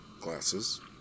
glasses